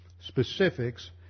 specifics